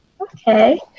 Okay